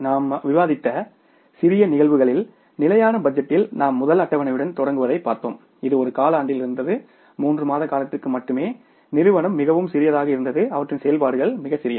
நாம் விவாதித்த சிறிய நிகழ்வுகளில் ஸ்டாடிக் பட்ஜெட்டில் நாம் முதல் அட்டவணையுடன் தொடங்குவதைப் பார்த்தோம் நிறுவனம் மிகவும் சிறியதாக இருந்தது அவற்றின் செயல்பாடுகள் மிகச் சிறியவை